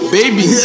baby